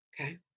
okay